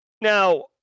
Now